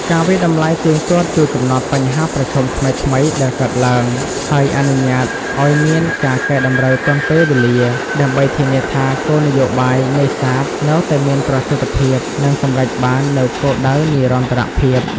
ការវាយតម្លៃទៀងទាត់ជួយកំណត់បញ្ហាប្រឈមថ្មីៗដែលកើតឡើង ហើយអនុញ្ញាតឲ្យមានការកែតម្រូវទាន់ពេលវេលា ដើម្បីធានាថាគោលនយោបាយនេសាទនៅតែមានប្រសិទ្ធភាព និងសម្រេចបាននូវគោលដៅនិរន្តរភាព។